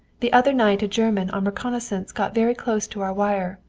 the other night a german on reconnoissance got very close to our wire,